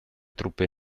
truppe